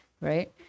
right